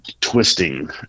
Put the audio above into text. twisting